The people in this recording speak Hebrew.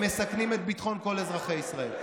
הם מסכנים את ביטחון כל אזרחי ישראל.